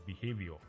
behavior